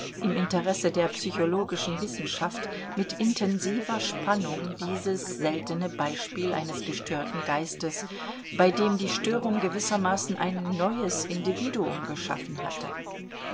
im interesse der psychologischen wissenschaft mit intensiver spannung dieses seltene beispiel eines gestörten geistes bei dem die störung gewissermaßen ein neues individuum geschaffen hatte